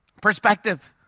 perspective